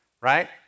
right